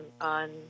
on